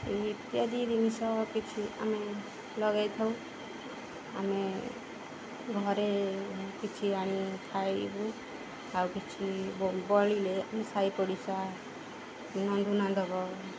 ଇତ୍ୟାଦି ଜିନିଷ କିଛି ଆମେ ଲଗେଇଥାଉ ଆମେ ଘରେ କିଛି ଆଣି ଖାଉ ଆଉ କିଛି ବଳିଲେ ଆମେ ସାାଇ ପଡ଼ିଶା ବନ୍ଧୁବାନ୍ଧବ